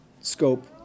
Scope